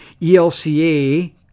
ELCA